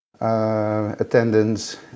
Attendance